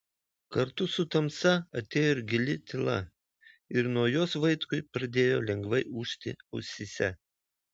kartu su tamsa atėjo ir gili tyla ir nuo jos vaitkui pradėjo lengvai ūžti ausyse